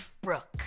Brooke